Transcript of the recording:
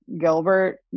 Gilbert